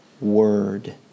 Word